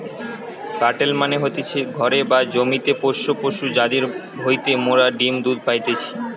কাটেল মানে হতিছে ঘরে বা জমিতে পোষ্য পশু যাদির হইতে মোরা ডিম্ দুধ পাইতেছি